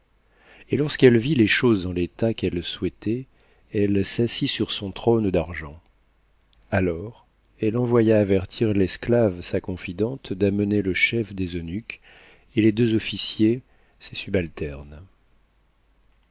et lorsqu'elle vit les choses dans l'état qu'elle souhaitait elle s'assit sur son trône d'argent alors elle envoya avertir l'esclave sa confidente d'amener le chef des eunuques et les deux officiers ses subalternes